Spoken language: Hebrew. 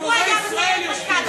גיבורי ישראל יושבים פה.